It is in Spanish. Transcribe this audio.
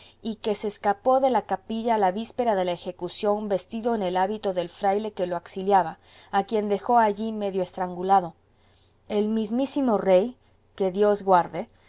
y que se escapó de la capilla la víspera de la ejecución vestido con el hábito del fraile que lo auxiliaba a quien dejó allí medio estrangulado el mismísimo rey